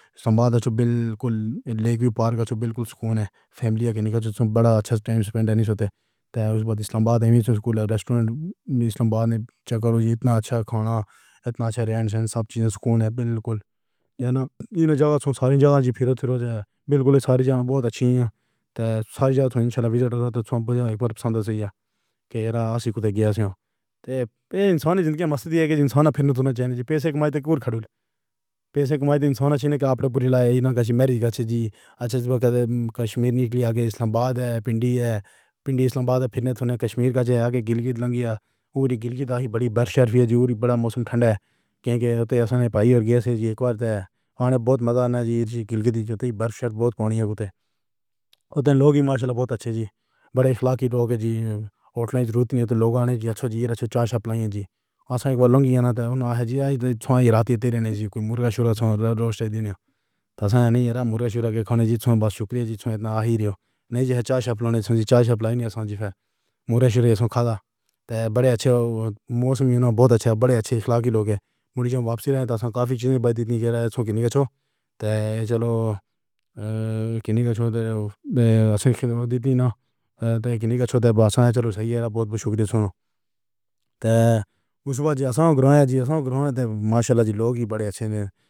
اسلام آباد جو بالکل لیک ویو پارک ہے جو بالکل سکون ہے، فیملی کے لیے بڑا اچھا وقت سپنڈ ہوتا۔ اُس کے بعد اسلام آباد دے اسکول ریسٹورنٹ وچ اسلام آباد وچ اِتنا اچھا کھانا، اِتنا اچھا رینک سب چیزیں اسکول ہے بالکل۔ جتھے تُس انہاں جاہیں توں ساریاں جاہیں پھرو پھرو بالکل ساریاں جاہیں وڈیاں چنگیاں نیں تے ساریاں جاہیں انشاءاللہ پسند ای ہی ہے کہ ہمیشہ آگے گیاس ہے۔ ایہہ انسانی زندگی مستی دے انسان پھر تاں نہ چاہے پیسے کماؤ، ویکھو کھڑے پیسے کماؤ تاں انسان اپنے آپ کوں پوری طرحاں نال شادی دا جی اچھے وقت۔ کشمیر دے اگے اسلام آباد ہے، پنڈی ہے، پنڈی اسلام آباد پھرنے۔ سونیا کشمیر دے اگے گلگت سے گلگت وڈی برفیلی ہے۔ وڈا موسم ٹھنڈا ہے۔ گلگت جی اک واری وڈا مزا آنا جی گلگت جاری برف شاید وڈی بونی ہوندی ہے لوک۔ ماشاءاللہ وڈے اچھے جی، وڈے اخلاقی لوک ہوٹل رات وچ تاں لوک آنے جی اچھی چاہ چھاپ لاؤ جی۔ آہ! اک واری لونگ یانا تاں رات وچ تیرے نہ کوئی۔ مرغا چھوڑا روٹی دینا۔ سناؤ مرغا چھوڑا دے کھانے جیہاں شکریہ۔ جتنا ہی نہ چاہ چھاپ لاؤ، چاہ چھاپ لاؤ ویسے مرغے کھانا وڈے اچھے موسم وچ وڈے اچھے۔ وڈے اچھے اخلاقی لوک ہیں۔ منڈیا واپسی ہے تاں کافی چیزیں بدلدیاں ہیں۔ چلو دے نکاس ہو تاں کھرب دی سی ناں دے نکاس ہو تاں چلو۔ شکریہ۔ سنو تاں اُس پاسے توں ماشاءاللہ لوک ہی وڈے اچھے ہیں۔